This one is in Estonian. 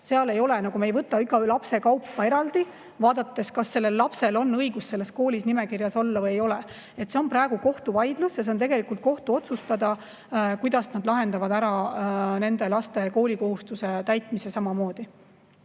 automaatselt. Me ei võta iga lapse kaupa eraldi, vaadates, kas sellel lapsel on õigus selle kooli nimekirjas olla või ei ole. Praegu käib kohtuvaidlus ja see on tegelikult kohtu otsustada, kuidas nad lahendavad ära nende laste koolikohustuse täitmise.